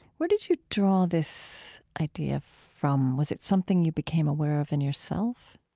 where did you draw this idea from? was it something you became aware of in yourself?